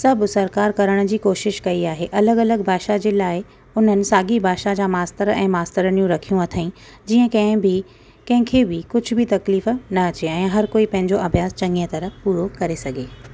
सभु सरकार कराइण जी कोशिशि कई आहे अलॻि अलॻि भाषा जे लाइ उन्हनि साॻी भाषा जा मास्टर ऐ मास्टरणियूं रखियूं अथईं जीअं कंहिं बि कंहिंखे बि कुझु बि तकलीफ़ु न अचे ऐं हर कोई पंहिंजो अभ्यास चङीअ तरह पूरो करे सघे